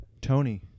tony